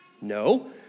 No